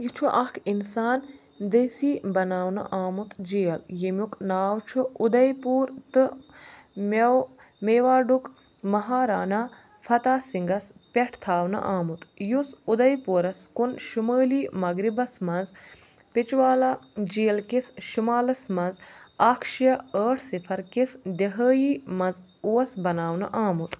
یہِ چھُ اکھ اِنسان دٔسی بناونہٕ آمُت جیل ییٚمیُک ناو چھُ اُدَیپوٗر تہٕ مٮ۪و میواڈُک مہارانا فتح سِنٛگھَس پٮ۪ٹھ تھاونہٕ آمُت یُس اُدَیپوٗرس کُن شُمٲلی مغرِبس منٛز پِچوالا جیل کِس شُمالس منٛز اکھ شےٚ ٲٹھ صِفر کِس دِہٲیی منٛز اوس بناونہٕ آمُت